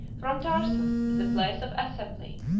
from tarsus, the place of assembly,